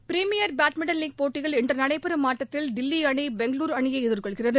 premier badminton league போட்டியில் இன்று நடைபெறும் ஆட்டத்தில் தில்லி அணி பெங்களூரு அணியை எதிர்கொள்கிறது